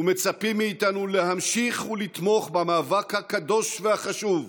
ומצפים מאיתנו להמשיך ולתמוך במאבק הקדוש והחשוב,